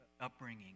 upbringing